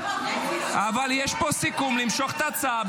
--- אבל יש פה סיכום למשוך את ההצעה,